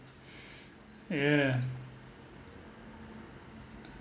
yeah